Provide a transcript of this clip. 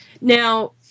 Now